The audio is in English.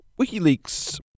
WikiLeaks